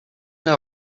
know